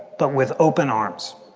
but with open arms